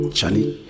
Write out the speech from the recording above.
Charlie